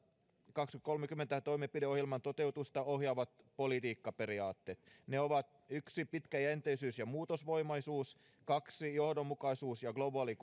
kaksituhattakolmekymmentä toimenpideohjelman toteutusta ohjaavat politiikkaperiaatteet ne ovat yksi pitkäjänteisyys ja muutosvoimaisuus kaksi johdonmukaisuus ja globaali